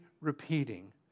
repeating